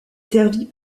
servie